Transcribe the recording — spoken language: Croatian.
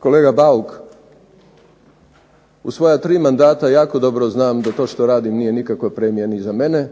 Kolega Bauk, u svoja tri mandata jako dobro znam da to što radim nije nikakva premija ni za mene,